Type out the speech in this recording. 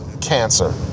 cancer